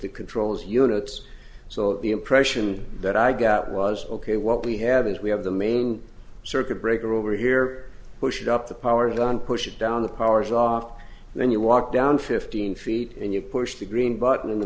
the controls units so the impression that i got was ok what we have is we have the main circuit breaker over here pushed up the power and on pushed down the power is off and then you walk down fifteen feet and you push the green button and the